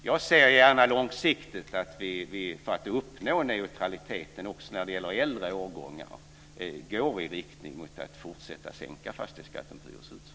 Jag ser gärna långsiktigt att vi, för att uppnå neutraliteten, också när det gäller äldre årgångar, går i riktning mot att fortsätta sänka fastighetsskatten på hyreshus.